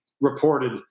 reported